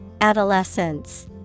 Adolescence